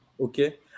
Okay